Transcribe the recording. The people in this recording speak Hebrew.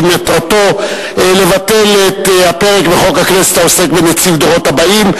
שמטרתו לבטל את הפרק בחוק הכנסת העוסק בנציב הדורות הבאים,